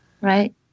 Right